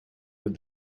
with